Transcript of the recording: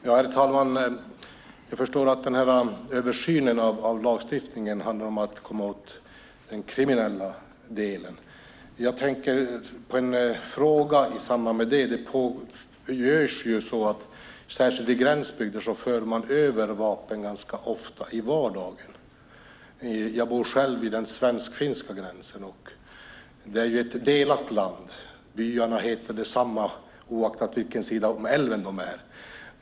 Herr talman! Jag förstår att den här översynen av lagstiftningen handlar om att komma åt den kriminella delen, och jag tänker på en fråga i samband med det. Särskilt i gränsbygder för man över vapen ganska ofta i vardagen. Jag bor själv vid den svensk-finska gränsen, och det är ett delat land. Byarna heter detsamma oavsett på vilken sida av älven de ligger.